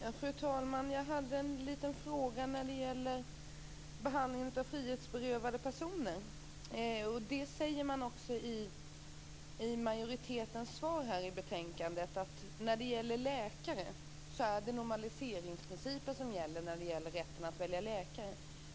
Fru talman! Jag hade en liten fråga när det gäller behandling av frihetsberövade personer. Man säger i majoritetens svar i betänkandet att det är normaliseringsprincipen som gäller i fråga om rätten att välja läkare.